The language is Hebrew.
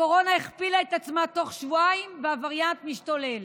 הקורונה הכפילה את עצמה תוך שבועיים והווריאנט משתולל.